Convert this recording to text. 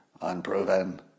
Unproven